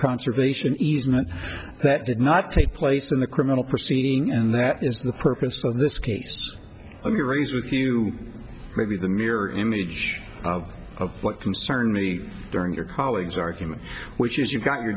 conservation easement that did not take place in the criminal proceeding and that is the purpose of this case when you raise with you may be the mirror image of what concerned me during your colleague's argument which is you've got your